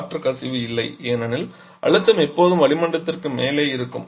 காற்று கசிவு இல்லை ஏனெனில் அழுத்தம் எப்போதும் வளிமண்டலத்திற்கு மேலே இருக்கும்